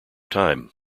time